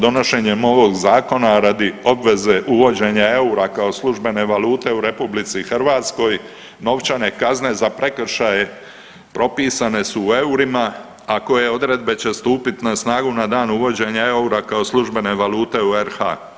Donošenjem ovog zakona radi obveze uvođenja eura kao službene valute u Republici Hrvatskoj, novčane kazne za prekršaje propisane su u eurima, a koje odredbe će stupit na snagu na dan uvođenja eura kao službene valute u RH.